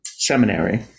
seminary